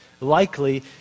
Likely